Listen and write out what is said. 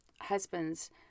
husband's